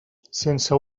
sense